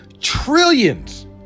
trillions